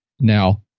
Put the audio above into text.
Now